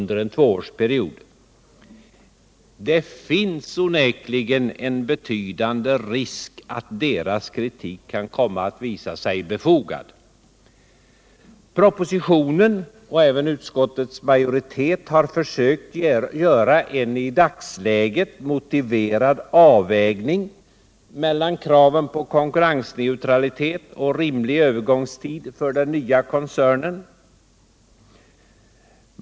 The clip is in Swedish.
Det finns onekligen en betydande risk att deras kritik kan komma att visa sig befogad. Propositionen, och även utskottets majoritet, har försökt göra en i dagsläget motiverad avvägning mellan kraven på konkurrensneutralitet och rimlig övergångstid för den nya koncernen.